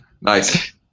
Nice